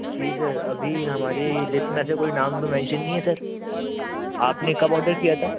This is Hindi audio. जी सर अभी हमारी लिस्ट में ऐसा कोई नाम तो मेंशन नहीं है सर आपने कब आर्डर किया था